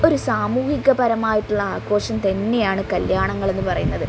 ഒരു സമൂഹികപരമായിട്ടുള്ള ആഘോഷം തന്നെയാണ് കല്ല്യാണങ്ങളെന്ന് പറയുന്നത്